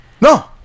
No